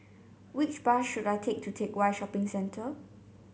which bus should I take to Teck Whye Shopping Centre